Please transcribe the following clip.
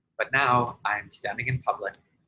but now i'm standing in public,